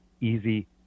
easy